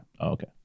Okay